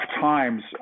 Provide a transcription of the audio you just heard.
times